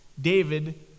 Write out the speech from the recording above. David